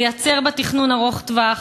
לייצר בה תכנון ארוך טווח,